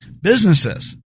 businesses